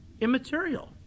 immaterial